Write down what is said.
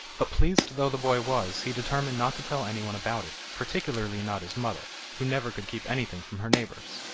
but pleased though the boy was, he determined not to tell anyone about it, particularly not his mother, who never could keep anything from her neighbours.